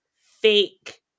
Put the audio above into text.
fake